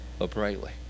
uprightly